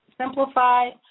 Simplified